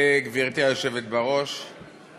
גברתי היושבת בראש, תודה,